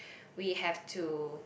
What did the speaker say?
we have to